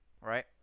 right